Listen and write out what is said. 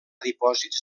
dipòsits